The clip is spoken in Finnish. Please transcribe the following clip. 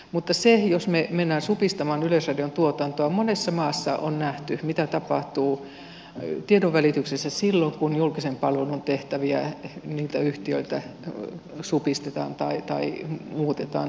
mutta jos mennään supistamaan yleisradion tuotantoa monessa maassa on nähty mitä tapahtuu tiedonvälityksessä silloin kun julkisen palvelun tehtäviä niiltä yhtiöiltä supistetaan tai muutetaan oleellisesti